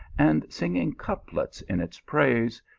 and singing couplets in its praise,